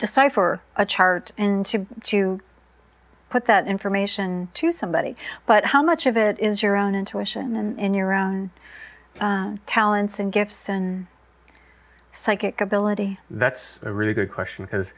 decipher a chart and you put that information to somebody but how much of it is your own intuition in your own talents and gifts in psychic ability that's a really good question because